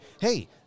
hey